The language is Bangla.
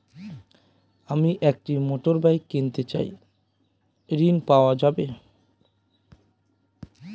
আমি একটি মোটরগাড়ি কিনতে চাই ঝণ পাওয়া যাবে?